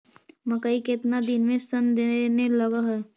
मकइ केतना दिन में शन देने लग है?